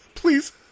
Please